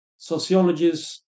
sociologists